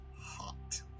hot